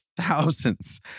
thousands